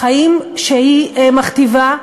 בחיים שהיא מכתיבה.